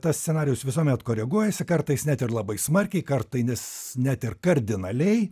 tas scenarijus visuomet koreguojasi kartais net ir labai smarkiai kartai nes net ir kardinaliai